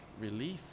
relief